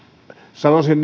sanoisin